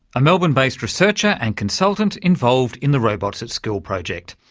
a melbourne-based researcher and consultant involved in the robots at school project.